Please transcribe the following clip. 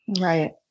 Right